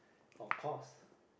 of course